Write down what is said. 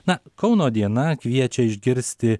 na kauno diena kviečia išgirsti